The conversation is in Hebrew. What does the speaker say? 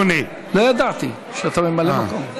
אדוני, לא ידעתי שאתה ממלא מקום.